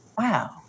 Wow